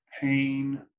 pain